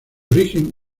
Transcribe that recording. origen